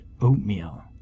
Oatmeal